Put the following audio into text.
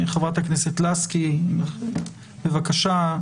חברת הכנסת לסקי, בבקשה.